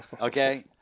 Okay